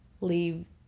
leave